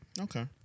okay